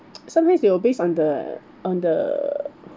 sometimes they will based on the on the